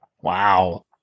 Wow